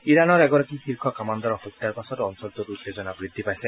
ইৰানৰ এগৰাকী শীৰ্ষ কামাণ্ডাৰৰ হত্যাৰ পাছত অঞ্চলটোত উত্তেজনা বৃদ্ধি পাইছে